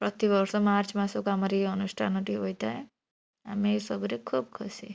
ପ୍ରତିବର୍ଷ ମାର୍ଚ୍ଚ ମାସକୁ ଆମର ଏଇ ଅନୁଷ୍ଠାନଟି ହୋଇଥାଏ ଆମେ ଏଇ ସବୁରେ ଖୁବ ଖୁସି